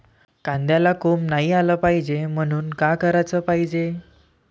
कांद्याला कोंब नाई आलं पायजे म्हनून का कराच पायजे?